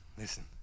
Listen